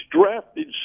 drafted